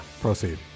Proceed